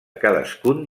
cadascun